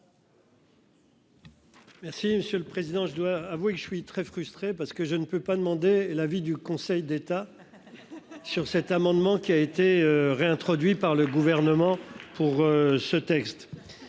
Merci monsieur le président. Je dois avouer que je suis très frustré parce que je ne peux pas demander l'avis du Conseil d'État. Sur cet amendement qui a été réintroduit par le gouvernement pour ce texte.